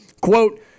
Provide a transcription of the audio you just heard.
quote